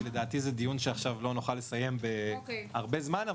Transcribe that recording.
כי לדעתי זה דיון שעכשיו לא נוכל לסיים בזמן קצר.